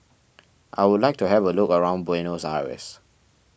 I would like to have a look around Buenos Aires